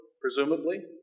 presumably